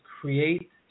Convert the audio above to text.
create